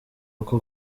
kuko